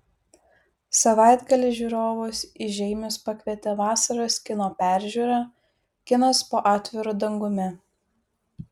savaitgalį žiūrovus į žeimius pakvietė vasaros kino peržiūra kinas po atviru dangumi